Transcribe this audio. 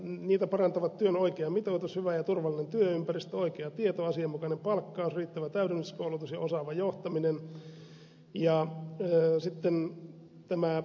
niitä parantavat työn oikea mitoitus hyvä ja turvallinen työympäristö oikea tieto asianmukainen palkkaus riittävä täydennyskoulutus ja osaava johtaminen